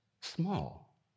small